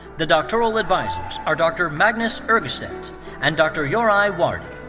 the doctoral advisers are dr. magnus egerstedt and dr. yorai wardi.